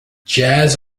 jazz